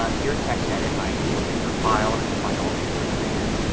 ah here in textedit i can look under file and i can find all these different commands.